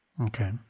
okay